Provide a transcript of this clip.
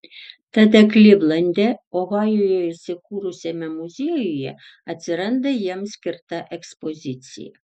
tada klivlande ohajuje įsikūrusiame muziejuje atsiranda jiems skirta ekspozicija